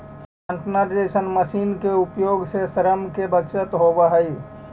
planter जईसन मशीन के उपयोग से श्रम के बचत होवऽ हई